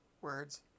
Words